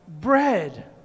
bread